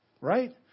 right